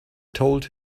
told